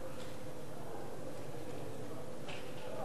לתיקון פקודת הרוקחים (מס' 20)